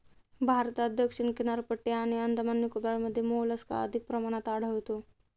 भारतात दक्षिण किनारपट्टी आणि अंदमान निकोबारमध्ये मोलस्का अधिक प्रमाणात आढळतो